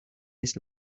his